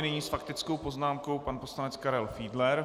Nyní s faktickou poznámkou pan poslanec Karel Fiedler.